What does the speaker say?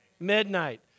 Midnight